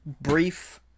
brief